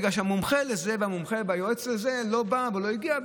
בגלל שהמומחה לזה והיועץ לזה לא בא ולא הגיע.